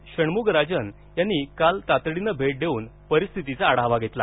षण्मुगराजन काल तातडीनं भेट देवून परिस्थितीचा आढावा घेतला